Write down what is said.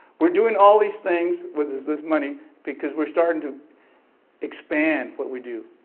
we are doing all these things with this this money because we are starting to expand what we do,